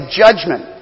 judgment